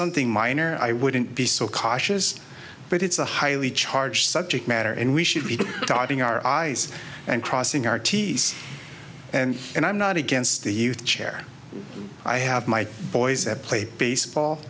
something minor i wouldn't be so cautious but it's a highly charged subject matter and we should be starting our i's and crossing our t's and i'm not against the youth chair i have my boys play baseball